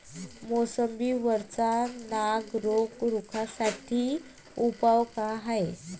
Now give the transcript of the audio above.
मोसंबी वरचा नाग रोग रोखा साठी उपाव का हाये?